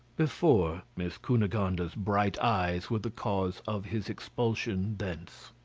before miss cunegonde's bright eyes were the cause of his expulsion thence.